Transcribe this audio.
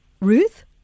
Ruth